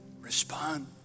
respond